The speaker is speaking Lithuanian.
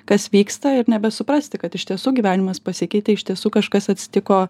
kas vyksta ir nebesuprasti kad iš tiesų gyvenimas pasikeitė iš tiesų kažkas atsitiko